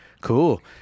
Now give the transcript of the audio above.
Cool